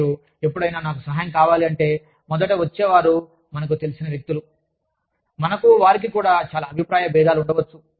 మరియు ఎప్పుడైనా నాకు సహాయం కావాలి అంటే మొదట వచ్చేవారు మనకు తెలిసిన వ్యక్తులు మనకి వారికి కూడా చాలా అభిప్రాయభేదాలు ఉండవచ్చు